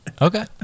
okay